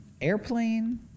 airplane